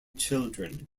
children